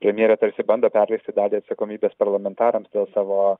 premjerė tarsi bando perleisti dalį atsakomybės parlamentarams dėl savo